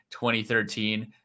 2013